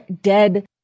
dead